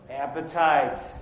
Appetite